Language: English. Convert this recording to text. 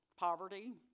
poverty